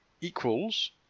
equals